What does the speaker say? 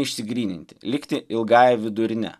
išsigryninti likti ilgąja vidurine